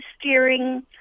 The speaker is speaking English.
steering